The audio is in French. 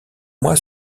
mois